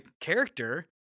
character